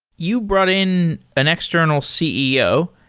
you brought in an external ceo.